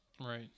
right